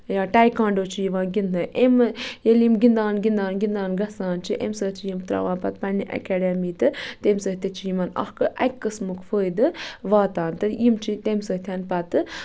یا ٹایکانڑو چھُ یِوان گِندنہٕ ایمہِ ییٚلہِ یِم گِندان گِندان گِندان گِژھان چھِ اَمہِ سۭتۍ چھِ یِم تراوان پَتہٕ پَننہِ ایکڈمی تہٕ تمہِ سۭتۍ تہِ چھُ یِمَن اَکھ اَکہِ قٕسمُک فٲیدٕ واتان تہٕ یِم چھِ تَمہِ سۭتۍ پَتہٕ